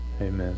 amen